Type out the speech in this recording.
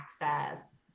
access